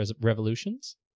Revolutions